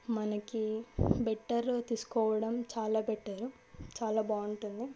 మనకి బెటర్ తీసుకోవడం చాలా పెట్టారు చాలా బాగుంటుంది